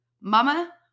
mama